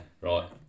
Right